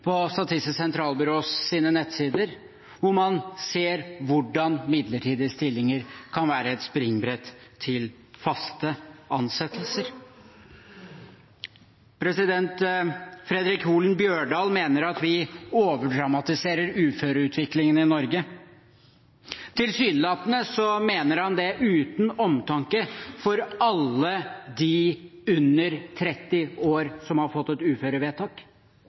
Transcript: på Statistisk sentralbyrås nettsider, hvor man ser hvordan midlertidige stillinger kan være et springbrett til faste ansettelser. Fredric Holen Bjørdal mener at vi overdramatiserer uføreutviklingen i Norge. Tilsynelatende mener han det uten omtanke for alle dem under 30 år som har fått et uførevedtak.